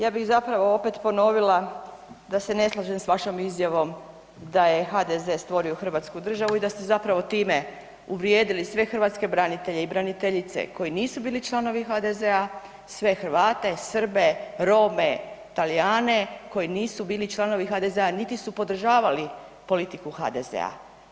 Ja bih zapravo opet ponovila da se ne slažem s vašom izjavom da je HDZ stvorio Hrvatsku državu i da ste zapravo time uvrijedili sve hrvatske branitelje i braniteljice koji nisu bili članovi HDZ-a, sve Hrvate, Srbe, Rome, Talijane koji nisu bili članovi HDZ-a niti su podržavali politiku HDZ-a.